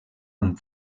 amb